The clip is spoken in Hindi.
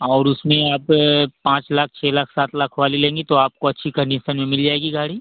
और उसमें आप पाँच लाख छः लाख सात लाख वाली लेंगी तो आपको अच्छी कंडीसन में मिल जाएगी गाड़ी